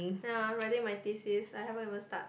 ya I'm writing my thesis I haven't even start